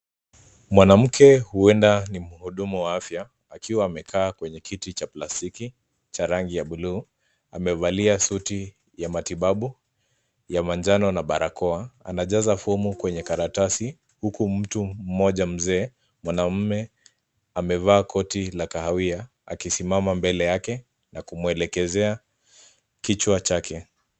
Mwanamke huenda ni mhudumu wa afya, akiwa amekaa kwenye kiti cha plastiki, cha rangi ya buluu, amevalia suti ya matibabu, ya manjano na barakoa. Anajaza fumu kwenye karatasi, huku mtu mmoja mzee, mwanamme amevaa koti la kahawia, akisimama mbele yake na kumwelekezea kichwa chake.